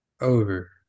Over